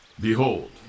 Behold